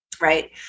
Right